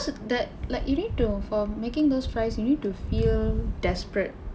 so that like you need to for making those rice you need to feel desperate